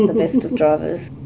and the best of drivers.